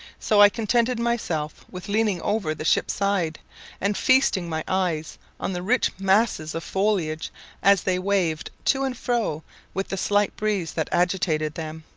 so i contented myself with leaning over the ship's side and feasting my eyes on the rich masses of foliage as they waved to and fro with the slight breeze that agitated them.